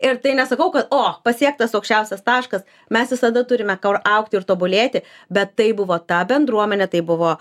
ir tai nesakau kad o pasiektas aukščiausias taškas mes visada turime kur augti ir tobulėti bet tai buvo ta bendruomenė tai buvo